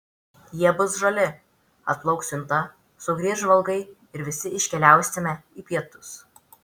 jie bus žali atplauks siunta sugrįš žvalgai ir visi iškeliausime į pietus